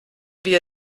wir